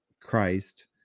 Christ